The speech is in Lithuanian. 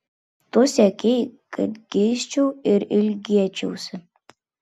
tu siekei kad geisčiau ir ilgėčiausi